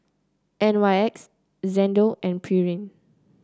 N Y X Xndo and Pureen